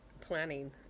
planning